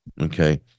Okay